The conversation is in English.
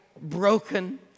broken